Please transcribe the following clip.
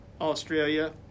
Australia